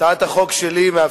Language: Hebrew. הצעת החוק שלי,